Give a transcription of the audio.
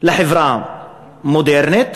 לחברה מודרנית,